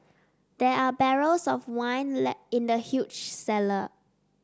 there are barrels of wine in the huge cellar